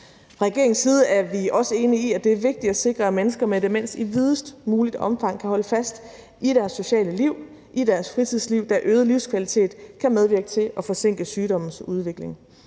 regeringens side er vi også enige i, at det er vigtigt at sikre, at mennesker med demens i videst muligt omfang kan holde fast i deres sociale liv, i deres fritidsliv, da øget livskvalitet kan medvirke til at forsinke sygdommens udvikling.